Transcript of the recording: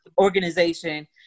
organization